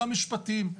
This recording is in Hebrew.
גם משפטיים,